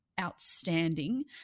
Outstanding